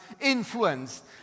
influenced